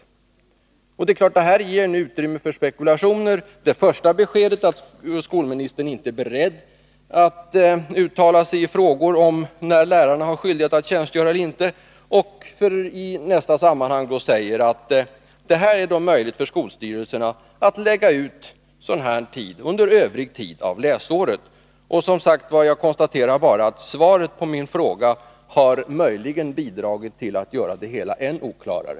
Det är klart att detta ger utrymme för spekulationer. Skolministern ger först beskedet att han inte är beredd att uttala sig i frågor om när lärarna har skyldighet att tjänstgöra eller inte, men han säger i nästa sammanhang att det här finns möjlighet för skolstyrelserna att lägga ut denna undervisningsskyldighet under övrig tid av läsåret. Jag vill bara konstatera att svaret på min fråga möjligen bidragit till att göra det hela än oklarare.